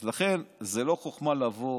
אז לכן זו לא חוכמה לבוא